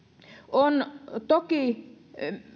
on toki